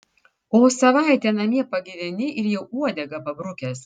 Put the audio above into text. o savaitę namie pagyveni ir jau uodegą pabrukęs